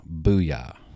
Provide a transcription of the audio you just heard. booyah